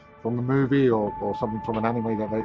from the movie, or or something from an anime that like